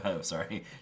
sorry